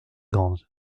grande